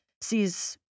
sees